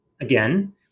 again